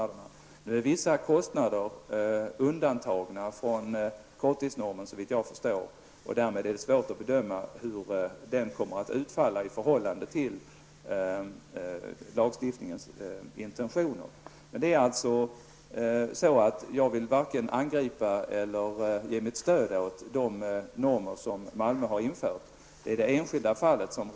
Såvitt jag förstår är vissa kostnader undantagna från korttidsnormen, och därmed är det svårt att bedöma hur detta kommer att utfalla i förhållande till lagstiftningens intentioner. Jag vill alltså varken angripa eller ge mitt stöd åt de normer som man har infört i Malmö.